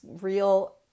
real